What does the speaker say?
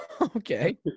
Okay